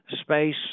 space